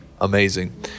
amazing